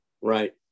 right